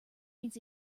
means